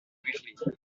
mutilated